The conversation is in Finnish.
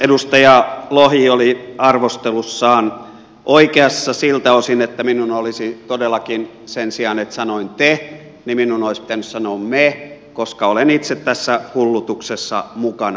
edustaja lohi oli arvostelussaan oikeassa siltä osin että minun olisi todellakin sen sijaan että sanoin te pitänyt sanoa me koska olen itse tässä hullutuksessa mukana